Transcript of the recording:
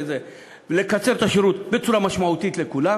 לקצר את השירות בצורה משמעותית לכולם.